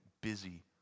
busy